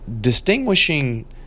distinguishing